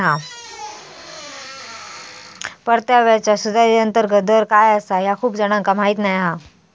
परताव्याचा सुधारित अंतर्गत दर काय आसा ह्या खूप जणांका माहीत नाय हा